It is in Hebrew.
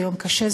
זה יום קשה.